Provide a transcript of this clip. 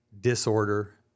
disorder